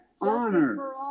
Honor